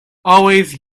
always